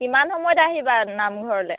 কিমান সময়ত আহিবা নামঘৰলৈ